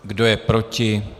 Kdo je proti?